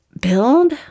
build